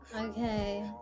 Okay